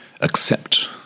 Accept